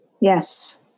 Yes